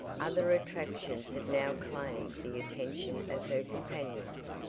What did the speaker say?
other attractions had now claimed the attention of her companions,